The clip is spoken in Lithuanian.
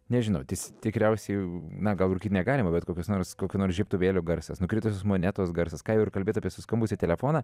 nežinau tas tikriausiai na gal rūkyt negalima bet kokius nors kokio nors žiebtuvėlio garsas nukritusios monetos garsas ką jau ir kalbėt apie suskambusį telefoną